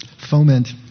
foment